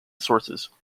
sources